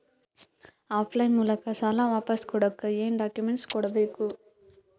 Of line ಮೂಲಕ ಸಾಲ ವಾಪಸ್ ಕೊಡಕ್ ಏನು ಡಾಕ್ಯೂಮೆಂಟ್ಸ್ ಕೊಡಬೇಕು?